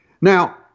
Now